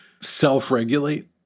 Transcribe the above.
self-regulate